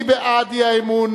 מי בעד האי-אמון?